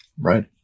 Right